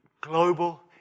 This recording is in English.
Global